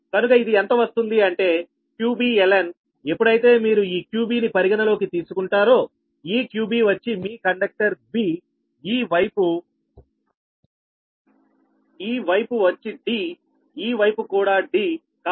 కనుక ఇది ఎంత వస్తుంది అంటే lnqbఎప్పుడైతే మీరు ఈ qbని పరిగణలోకి తీసుకుంటారో ఈ qbవచ్చి మీ కండక్టర్ bఈ వైపు వచ్చి Dఈ వైపు కూడా D